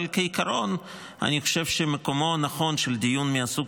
אבל כעיקרון אני חושב שמקומו הנכון של דיון מסוג